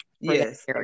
Yes